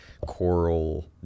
coral